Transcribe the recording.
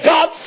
God